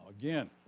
Again